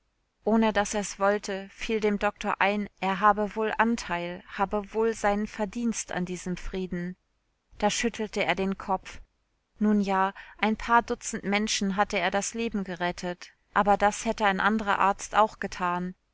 ohne daß er's wollte fiel dem doktor ein er habe wohl anteil habe wohl sein verdienst an diesem frieden da schüttelte er den kopf nun ja ein paar dutzend menschen hatte er das leben gerettet aber das hätte ein anderer arzt auch getan